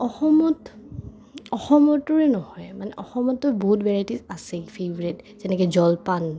অসমত অসমৰতোৰেই নহয় মানে অসমতো বহুত ভেৰাইটিজ আছেই ফেভৰেট যেনেকৈ জলপান